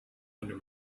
under